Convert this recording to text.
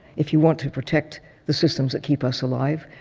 if you want to protect the systems that keep us alive.